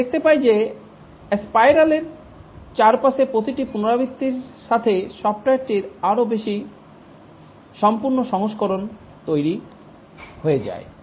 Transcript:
আমরা দেখতে পাই যে স্পাইরাল এর চারপাশে প্রতিটি পুনরাবৃত্তির সাথে সফ্টওয়্যারটির আরও বেশি সম্পূর্ণ সংস্করণ তৈরি হয়ে যায়